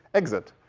exit.